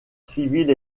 civile